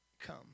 come